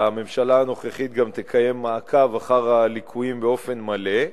והממשלה הנוכחית גם תקיים מעקב אחר הליקויים באופן מלא,